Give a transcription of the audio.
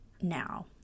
now